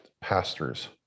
pastors